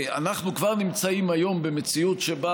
אנחנו כבר נמצאים היום במציאות שבה